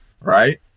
right